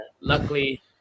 Luckily